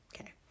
Okay